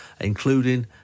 including